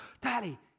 Daddy